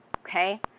Okay